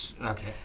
okay